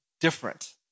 different